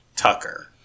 tucker